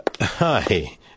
hi